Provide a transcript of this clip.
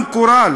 גם קורל